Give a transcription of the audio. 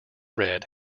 red